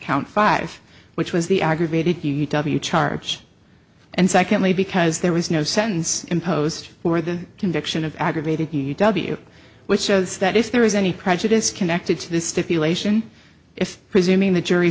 count five which was the aggravated u w charge and secondly because there was no sentence imposed for the conviction of aggravated u w which shows that if there is any prejudice connected to this stipulation if presuming the jury